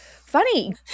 funny